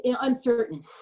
uncertain